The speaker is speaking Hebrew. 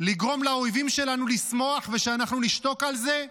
לגרום לאויבים שלנו לשמוח ושאנחנו נשתוק על זה?